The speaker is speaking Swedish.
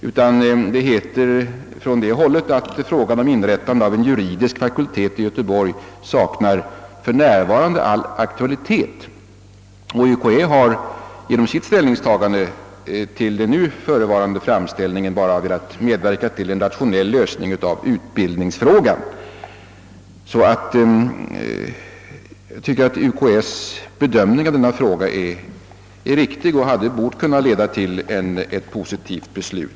Universitetskanslersämbetet skriver: »Frågan om inrättande av en juridisk fakultet i Göteborg saknar således för närvarande all aktualitet och ämbetet har genom sitt ställningstagande till nu förevarande framställning endast velat medverka till en rationell lösning av en utbildningsfråga.» Jag tycker att universitetskanslersämbetets bedömning av denna fråga är riktig och hade bort kunna leda till ett positivt beslut.